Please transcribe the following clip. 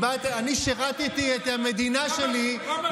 אני שירתי את המדינה שלי, כמה שנים לבשת מדים?